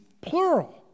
plural